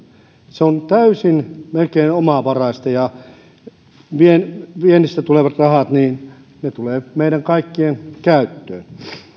se on melkein täysin omavaraista ja viennistä tulevat rahat ne tulevat meidän kaikkien käyttöön